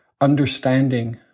understanding